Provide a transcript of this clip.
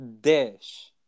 Dish